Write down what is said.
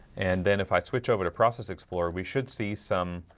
and then if i switch over to process explorer we should see some